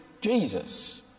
Jesus